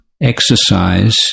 exercise